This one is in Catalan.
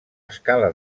escala